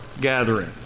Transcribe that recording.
gathering